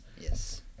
Yes